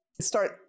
start